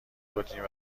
بردیم